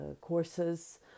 courses